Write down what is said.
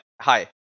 Hi